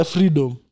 Freedom